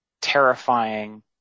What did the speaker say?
terrifying